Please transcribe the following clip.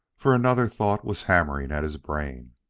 for another thought was hammering at his brain.